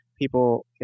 People